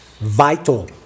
vital